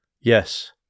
YES